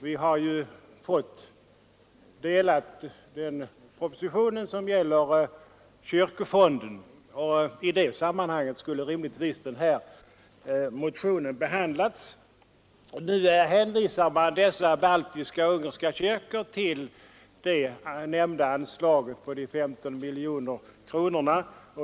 Vi har ju fått utdelad till oss den proposition som gäller kyrkofonden. I samband med den skulle rimligtvis den här motionen behandlas. Nu hänvisar utskottet ifrågavarande kyrkor till de nämnda anslagen på 15 miljoner kronor.